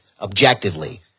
objectively